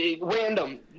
Random